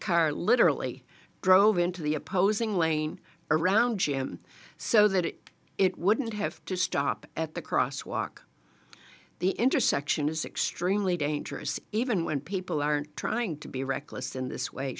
car literally drove into the opposing lane around them so that it wouldn't have to stop at the crosswalk the intersection is extremely dangerous even when people aren't trying to be reckless in this way